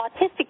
autistic